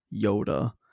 Yoda